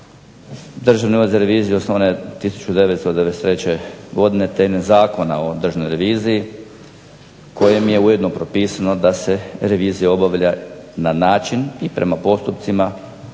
Državni ured za reviziju osnovan je 1993. godine temeljem Zakona o državnoj reviziji kojim je ujedno propisano da se revizija obavlja na način i prema postupcima